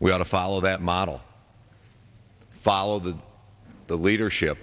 we ought to follow that model follow that the leadership